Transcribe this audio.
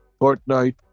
Fortnite